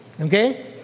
okay